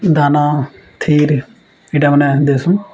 ଦାନା ଥୀର ଏଇଟା ମାନେ ଦେସୁଁ